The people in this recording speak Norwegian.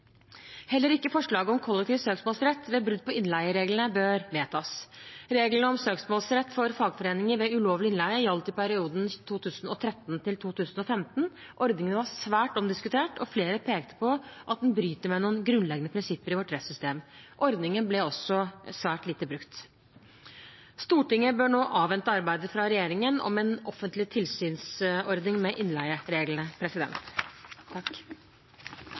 Heller ikke forslaget om kollektiv søksmålsrett ved brudd på innleiereglene bør vedtas. Reglene om søksmålsrett for fagforeninger ved ulovlig innleie gjaldt i perioden 2013–2015. Ordningen var svært omdiskutert, og flere pekte på at den bryter med noen grunnleggende prinsipper i vårt rettssystem. Ordningen ble også svært lite brukt. Stortinget bør nå avvente arbeidet fra regjeringen om en offentlig tilsynsordning med innleiereglene.